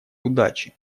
удачи